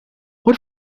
what